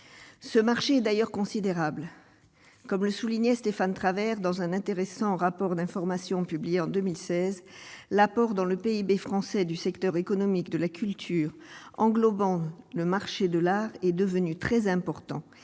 ce marché d'ailleurs considérables, comme le soulignait Stéphane Travert dans un intéressant rapport d'information publiée en 2016 l'apport dans le PIB français du secteur économique de la culture englobant le marché de l'art est devenu très important,